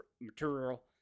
material